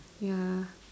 ya